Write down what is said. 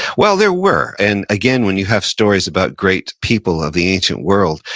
well, there were. and again, when you have stories about great people of the ancient world,